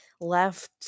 left